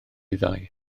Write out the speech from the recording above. ddau